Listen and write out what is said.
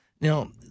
Now